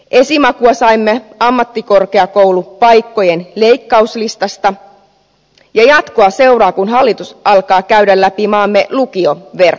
esimakua saimme ammattikorkeakoulupaikkojen leikkauslistasta ja jatkoa seuraa kun hallitus alkaa käydä läpi maamme lukioverkkoa